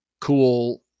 cool